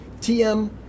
TM